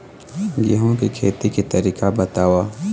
गेहूं के खेती के तरीका बताव?